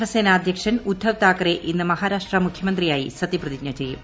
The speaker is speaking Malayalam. ശിവസേന അധ്യക്ഷൻ ഉദ്ദവ് താക്കറെ ഇന്ന് മഹാരാഷ്ട്ര മുഖ്യമന്ത്രിയായി സത്യപ്രതിജ്ഞ ചെയ്യും